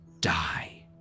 die